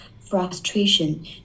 frustration